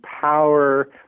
power